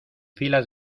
filas